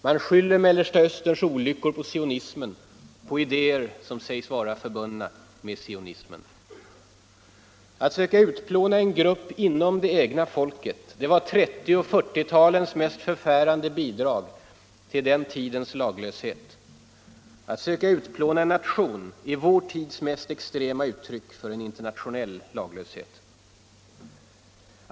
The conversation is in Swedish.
Man skyller — Utrikes-, handels Mellersta Österns olyckor på sionismen och på idéer som sägs vara för — och valutapolitisk bundna med sionismen. debatt Att söka utplåna en grupp inom det egna folket var 1930 och 1940 talens mest förfärande bidrag till den tidens laglöshet. Att söka utplåna en nation är vår tids mest extrema uttryck för en internationell laglöshet.